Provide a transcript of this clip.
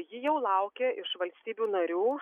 ji jau laukia iš valstybių narių